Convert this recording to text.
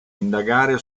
indagare